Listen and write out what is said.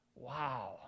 Wow